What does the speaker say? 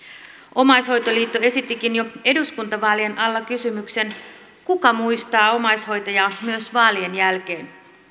omaishoitoliitto esittikin jo eduskuntavaalien alla kysymyksen kuka muistaa omaishoitajaa myös vaalien jälkeen